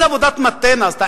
איזו עבודת מטה נעשתה?